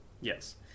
Yes